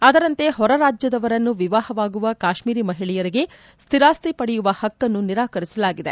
ಅದರಂತೆ ಹೊರರಾಜ್ದದವರನ್ನು ವಿವಾಹವಾಗುವ ಕಾಶ್ತೀರಿ ಮಹಿಳೆಯರಿಗೆ ಸ್ಥಿರಾಸ್ತಿ ಪಡೆಯುವ ಹಕ್ಕನ್ನು ನಿರಾಕರಿಸಲಾಗಿದೆ